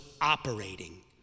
operating